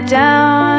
down